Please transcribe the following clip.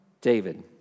David